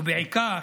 ובעיקר